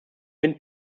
wind